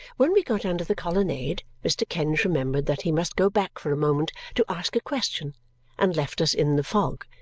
when we got under the colonnade, mr. kenge remembered that he must go back for a moment to ask a question and left us in the fog,